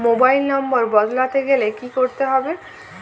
Mobile number বদলাতে গেলে কি করতে হবে?